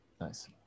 Nice